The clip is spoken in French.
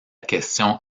question